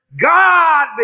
God